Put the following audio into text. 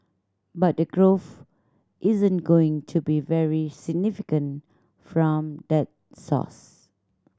but the growth isn't going to be very significant from that source